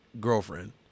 girlfriend